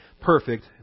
perfect